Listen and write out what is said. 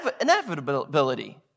inevitability